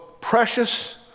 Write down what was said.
precious